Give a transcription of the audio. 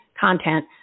content